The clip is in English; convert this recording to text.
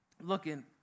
looking